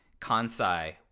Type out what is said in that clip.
Kansai